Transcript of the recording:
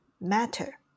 matter